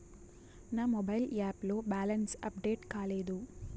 నా mobile app లో balance update కాలేదు